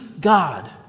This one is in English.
God